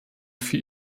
für